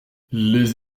les